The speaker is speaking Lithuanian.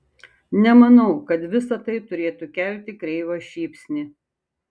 nemanau kad visa tai turėtų kelti kreivą šypsnį